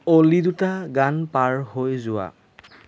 অ'লি দুটা গান পাৰ হৈ যোৱা